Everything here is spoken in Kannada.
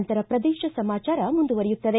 ನಂತರ ಪ್ರದೇಶ ಸಮಾಚಾರ ಮುಂದುವರಿಯುತ್ತದೆ